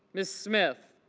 mrs. smith